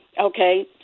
Okay